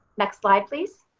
next slide please.